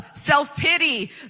Self-pity